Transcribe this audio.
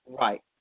Right